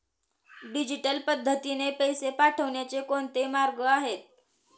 Digital पद्धतीने पैसे पाठवण्याचे कोणते मार्ग आहेत?